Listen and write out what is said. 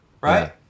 right